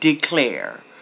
Declare